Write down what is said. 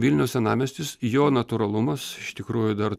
vilniaus senamiestis jo natūralumas iš tikrųjų dar